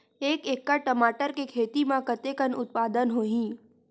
एक एकड़ टमाटर के खेती म कतेकन उत्पादन होही?